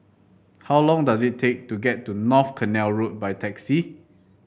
how long does it take to get to North Canal Road by taxi